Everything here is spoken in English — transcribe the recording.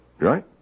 Right